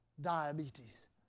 diabetes